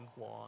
long